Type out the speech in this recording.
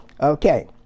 Okay